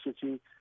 city